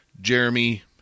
Jeremy